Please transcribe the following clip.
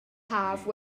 haf